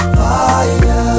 fire